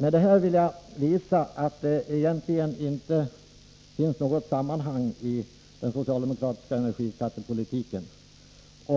Med det anförda har jag velat visa att det egentligen inte finns något sammanhang i den socialdemokratiska energiskattepolitiken.